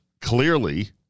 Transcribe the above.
clearly